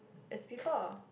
as before